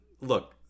Look